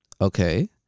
okay